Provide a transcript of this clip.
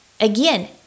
Again